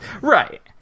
Right